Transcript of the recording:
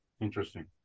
Interesting